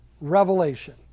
Revelation